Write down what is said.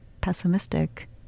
pessimistic